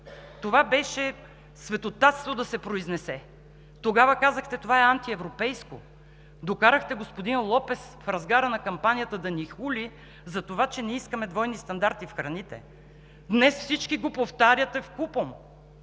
Това беше светотатство да се произнесе. Тогава казахте: „Това е антиевропейско!“ Докарахте господин Лопес в разгара на кампанията да ни хули за това, че не искаме двойни стандарти в храните. Днес всички го повтаряте вкупом,